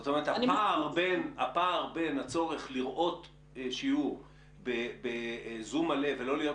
זאת אומרת הפער בין הצורך לראות שיעור בזום מלא ולא להיות